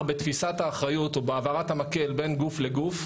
בתפיסת האחריות או בהעברת המקל בין גוף לגוף.